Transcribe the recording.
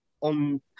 on